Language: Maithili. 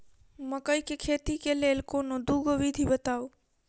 मकई केँ खेती केँ लेल कोनो दुगो विधि बताऊ?